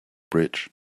bridge